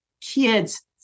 kids